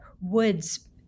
woods